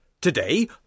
Today